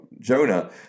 Jonah